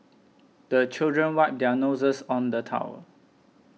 the children wipe their noses on the towel